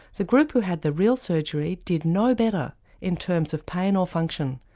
the group who had the real surgery did no better in terms of pain or function.